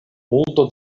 multo